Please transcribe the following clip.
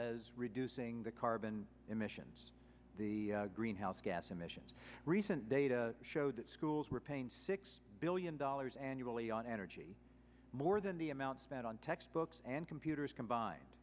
as reducing the carbon emissions the greenhouse gas emissions recent data showed that schools were paying six billion dollars annually on energy more than the amount spent on textbooks and computers combined